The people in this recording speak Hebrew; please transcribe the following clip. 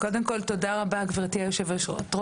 קודם כל תודה רבה גברתי היושבת-ראש,